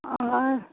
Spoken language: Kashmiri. آ